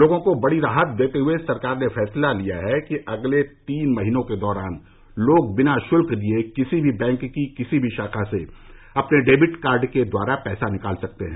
लोगों को बड़ी राहत देते हुए सरकार ने फैसला लिया है कि अगले तीन महीनों के दौरान लोग बिना शुल्क दिये किसी भी बैंक की किसी भी शाखा से अपने डेबिट कार्ड के द्वारा पैसा निकाल सकते हैं